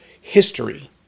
history